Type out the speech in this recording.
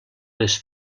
les